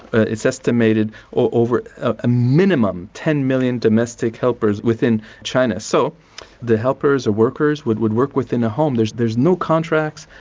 it's estimated over a minimum ten million domestic helpers within china, so the helpers are workers, would would work within the home, there's there's no contracts,